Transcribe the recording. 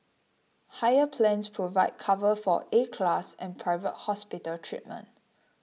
higher plans provide cover for A class and private hospital treatment